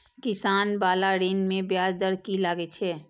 किसान बाला ऋण में ब्याज दर कि लागै छै?